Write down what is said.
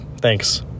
Thanks